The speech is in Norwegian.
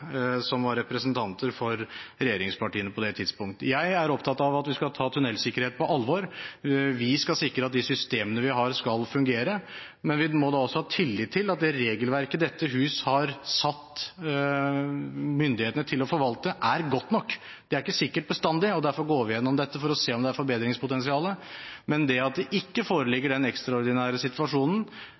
som var representanter for regjeringspartiene på det tidspunkt. Jeg er opptatt av at vi skal ta tunnelsikkerhet på alvor. Vi skal sikre at de systemene vi har, skal fungere. Men da må vi også ha tillit til at det regelverket dette hus har satt myndighetene til å forvalte, er godt nok. Det er ikke sikkert bestandig, og derfor går vi gjennom dette for å se om det er forbedringspotensial. Men det at den ekstraordinære risikoen som er nødvendig for å pålegge objekteier investeringer i den